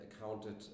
accounted